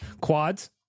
Quads